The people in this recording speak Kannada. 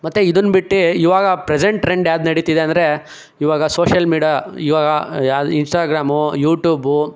ಮತ್ತು ಇದನ್ನು ಬಿಟ್ಟು ಇವಾಗ ಪ್ರೆಸೆಂಟ್ ಟ್ರೆಂಡ್ ಯಾವ್ದು ನಡೀತಿದೆ ಅಂದರೆ ಇವಾಗ ಸೋಷಿಯಲ್ ಮೀಡ ಇವಾಗ ಯಾವ್ದು ಇನ್ಸ್ಟಾಗ್ರಾಮು ಯೂ ಟ್ಯೂಬು